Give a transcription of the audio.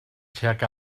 tuag